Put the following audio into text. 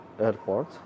Airport